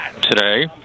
today